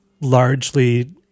largely